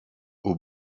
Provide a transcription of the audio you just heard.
aux